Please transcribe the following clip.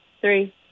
three